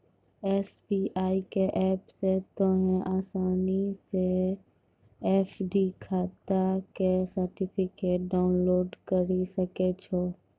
SBI के app से तोंहें असानी से एफ.डी खाता के सर्टिफिकेट डाउनलोड करि सकै छो